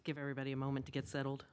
give everybody a moment to get settled